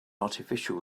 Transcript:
artificial